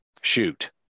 shoot